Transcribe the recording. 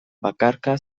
bakarka